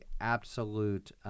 absolute